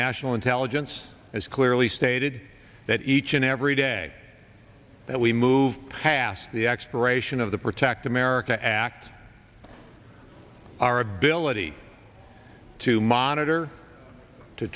national intelligence has clearly stated that each and every day that we move past the expiration of the protect america act our ability to monitor to